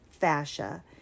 fascia